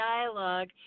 dialogue